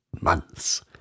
months